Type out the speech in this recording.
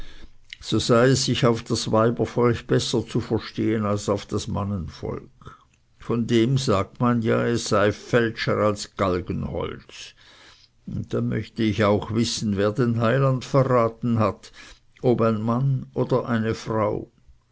so sei es sich auf das weibervolk besser zu verstehen als auf das mannenvolk von dem sagt man ja es sei falscher als galgenholz und dann möchte ich auch wissen wer den heiland verraten hat ob ein mann oder eine frau